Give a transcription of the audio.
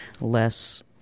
less